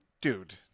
Dude